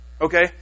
Okay